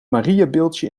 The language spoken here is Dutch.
mariabeeldje